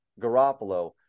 Garoppolo